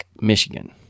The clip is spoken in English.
Michigan